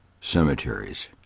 cemeteries